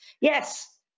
Yes